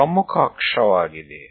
અને આ મુખ્ય અક્ષ છે